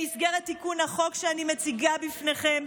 במסגרת תיקון החוק שאני מציגה בפניכם,